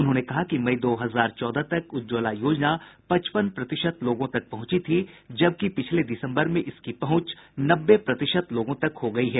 उन्होंने कहा कि मई दो हजार चौदह तक उज्जवला योजना पचपन प्रतिशत लोगों तक पहुंची थी जबकि पिछले दिसंबर में इसकी पहुंच नब्बे प्रतिशत लोगों तक हो गई है